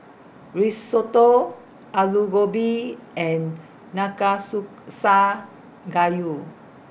Risotto Alu Gobi and Gayu